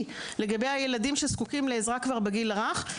לגבי הילדים שזקוקים לעזרה כבר בגיל הרך.